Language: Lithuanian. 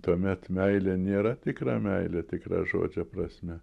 tuomet meilė nėra tikra meilė tikra žodžio prasme